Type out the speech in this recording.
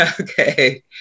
Okay